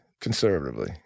conservatively